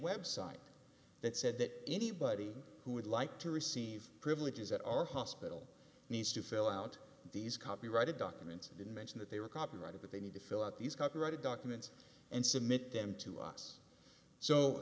website that said that anybody who would like to receive privileges at our hospital needs to fill out these copyrighted documents didn't mention that they were copyrighted but they need to fill out these copyrighted documents and submit them to us so